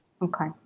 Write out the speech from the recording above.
Okay